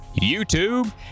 YouTube